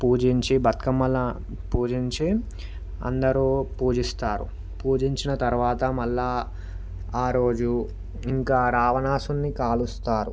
పూజించి బతుకమ్మల పూజించే అందరూ పూజిస్తారు పూజించిన తర్వాత మళ్ళీ ఆ రోజు ఇంకా రావణాసురుడిని కలుస్తారు